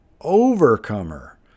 overcomer